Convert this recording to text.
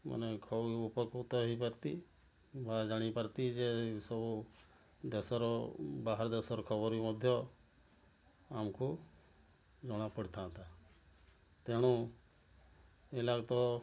ମାନେ ଉପକୃତ ହେଇପାରତି ବା ଜାଣିପାରତି ଯେ ସବୁ ଦେଶ ର ବାହାର ଦେଶର ଖବର ବି ମଧ୍ୟ ଆମକୁ ଜଣାପଡ଼ିଥାନ୍ତା ତେଣୁ ଏଲାଗି ତ